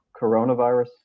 coronavirus